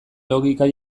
logika